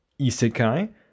Isekai